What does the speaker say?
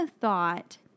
thought